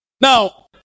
Now